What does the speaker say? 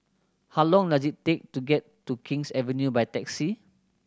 how long does it take to get to King's Avenue by taxi